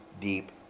deep